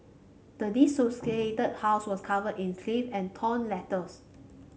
the desolated house was covered in and torn letters